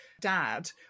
dad